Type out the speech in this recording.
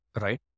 right